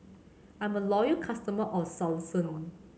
I'm a loyal customer of Selsun